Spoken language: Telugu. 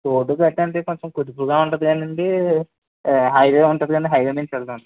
పోదు అట్లంటే కొంచెం కుదుపుగా ఉంటుంది కానీ అండి హైవే ఉంటుంది కానీ హైవే మీద నుంచి వెళదాం